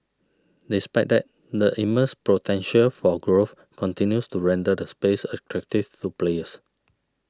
despite that the immense potential for growth continues to render the space attractive to players